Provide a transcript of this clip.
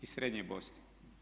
Iz srednje Bosne.